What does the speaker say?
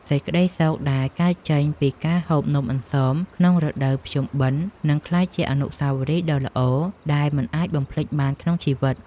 សេចក្ដីសុខដែលកើតចេញពីការហូបនំអន្សមក្នុងរដូវភ្ជុំបិណ្ឌនឹងក្លាយជាអនុស្សាវរីយ៍ដ៏ល្អដែលមិនអាចបំភ្លេចបានក្នុងជីវិត។